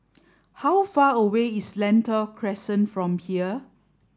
how far away is Lentor Crescent from here